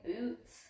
boots